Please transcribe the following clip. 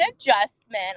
adjustment